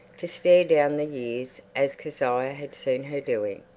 to stare down the years, as kezia had seen her doing.